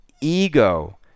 Ego